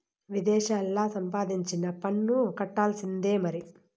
విదేశాల్లా సంపాదించినా పన్ను కట్టాల్సిందే మరి